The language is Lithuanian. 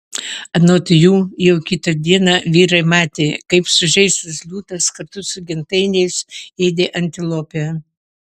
anot jų jau kitą dieną vyrai matė kaip sužeistas liūtas kartu su gentainiais ėdė antilopę